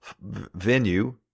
venue